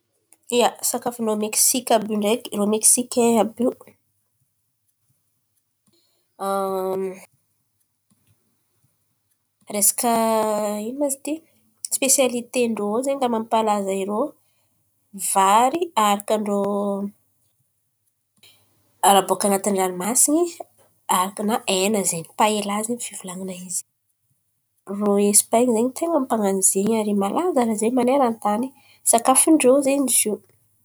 Ia, sakafon-drô meksiky àby io ndreky irô Meksikei àby io. Resaka ino ma izy ity sipesialite ndrô zen̈y? Raha mampalaza irô vary aharaka ndrô raha baka an̈atin-dranomasin̈y, aharaka na hen̈a zen̈y paela zen̈y fivolan̈a izy. Irô Esipen̈y zen̈y ten̈a ny nan̈ano zen̈y ary malaza zen̈y man̈erany sakafon-drô zen̈y zio.